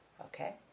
Okay